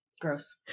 Gross